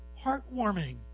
heartwarming